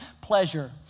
pleasure